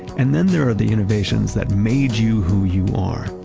and then there are the innovations that made you who you are.